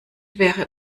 wäre